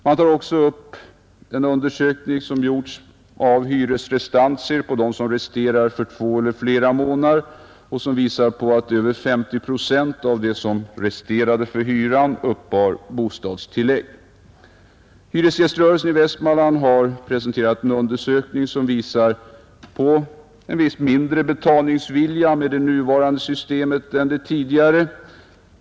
Man tar upp en undersökning som gjorts av hyresrestantier på dem som resterar för två eller flera månader och som visar att över 50 procent av dem som resterade för hyran uppbar bostadstillägg. Hyresgäströrelsen i Västmanland har presenterat en undersökning som visar på en mindre betalningsvilja med det nuvarande systemet än med det tidigare.